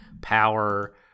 power